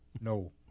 no